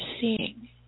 seeing